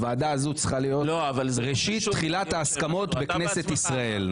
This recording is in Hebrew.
הוועדה הזאת צריכה להיות ראשית תחילת ההסכמות בכנסת ישראל,